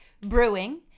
brewing